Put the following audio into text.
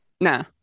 Nah